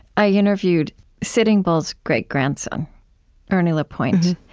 i interviewed sitting bull's great-grandson ernie lapointe.